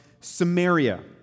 Samaria